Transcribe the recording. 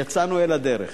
יצאנו אל הדרך.